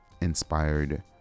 inspired